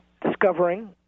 Discovering